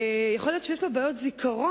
יכול להיות שיש לו בעיות זיכרון,